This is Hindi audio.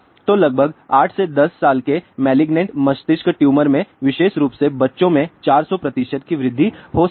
तो लगभग 8 से 10 साल के मेलिगनेन्ट मस्तिष्क ट्यूमर में विशेष रूप से छोटे बच्चों में 400 की वृद्धि हो सकती है